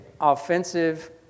offensive